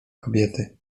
kobiety